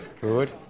good